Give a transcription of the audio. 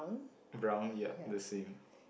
brown ya the same